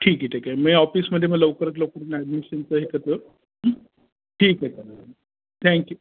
ठीक आहे ठीक आहे मी ऑफिसमध्ये मग लवकरात लवकर ॲडमिशनचे हे करतो ठीक आहे सर थँक्यू